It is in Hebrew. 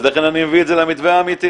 אז לכן אני מביא את זה למתווה האמיתי.